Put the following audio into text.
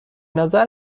نظر